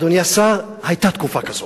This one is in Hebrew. אדוני השר, היתה תקופה כזאת.